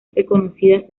reconocidas